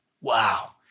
Wow